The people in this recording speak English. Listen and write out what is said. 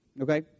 Okay